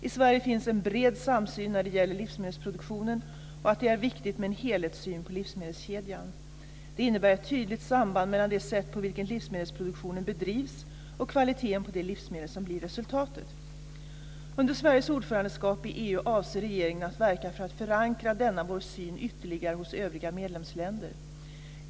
I Sverige finns en bred samsyn när det gäller livsmedelsproduktionen och att det är viktigt med en helhetssyn på livsmedelskedjan. Det innebär ett tydligt samband mellan det sätt på vilket livsmedelsproduktionen bedrivs och kvaliteten på de livsmedel som blir resultatet. Under Sveriges ordförandeskap i EU avser regeringen att verka för att förankra denna vår syn ytterligare hos övriga medlemsländer.